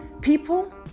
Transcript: people